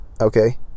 okay